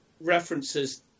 references